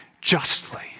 justly